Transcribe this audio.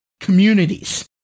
communities